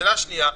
השאלה השנייה,